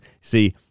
see